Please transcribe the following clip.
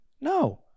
no